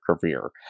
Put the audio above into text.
career